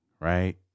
right